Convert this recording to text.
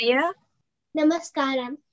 Namaskaram